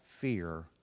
fear